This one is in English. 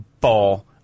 ball